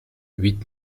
huit